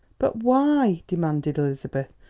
but why? demanded elizabeth,